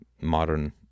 modern